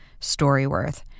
StoryWorth